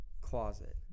closet